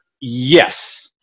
Yes